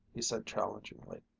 he said challengingly.